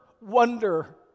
wonder